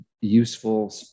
useful